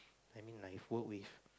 I mean like if work with